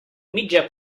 mitja